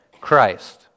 Christ